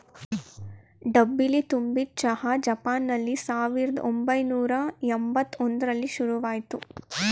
ಡಬ್ಬಿಲಿ ತುಂಬಿದ್ ಚಹಾ ಜಪಾನ್ನಲ್ಲಿ ಸಾವಿರ್ದ ಒಂಬೈನೂರ ಯಂಬತ್ ಒಂದ್ರಲ್ಲಿ ಶುರುಆಯ್ತು